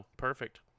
perfect